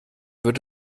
wird